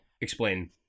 Explain